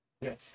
Yes